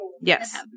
Yes